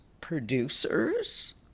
Producers